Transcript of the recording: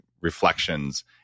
reflections